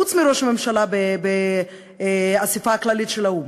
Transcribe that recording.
חוץ מראש הממשלה באספה הכללית של האו"ם?